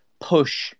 push